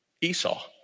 Esau